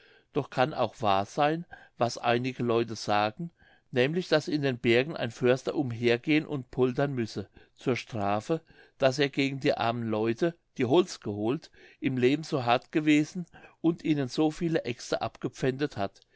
doch kann auch wahr seyn was einige leute sagen nämlich daß in den bergen ein förster umgehen und poltern müsse zur strafe daß er gegen die armen leute die holz geholt im leben so hart gewesen und ihnen so viele aexte abgepfändet hat